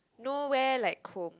nowhere like home